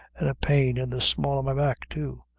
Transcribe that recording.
and a pain in the small o' my back too.